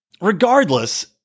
regardless